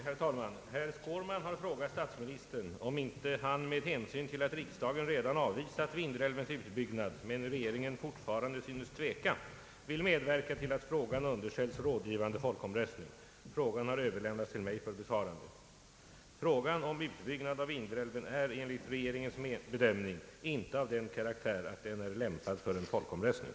Herr talman! Herr Skårman har frågat statsministern om inte han, med hänsyn till att riksdagen redan avvisat Vindelälvens utbyggnad men regeringen fortfarande synes tveka, vill medverka till att frågan underställs rådgivande folkomröstning. Frågan har Ööverlämnats till mig för besvarande. Frågan om utbyggnad av Vindelälven är enligt regeringens bedömning inte av den karaktär att den är lämpad för en folkomröstning.